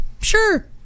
Sure